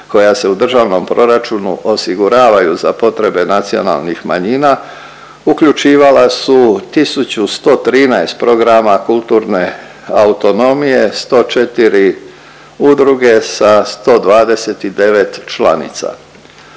koja se u državnom proračunu osiguravaju za potrebe nacionalnih manjina uključivala su 1.113 programa kulturne autonomije, 104 udruge sa 129 članica.